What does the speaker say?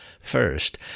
first